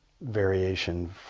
variation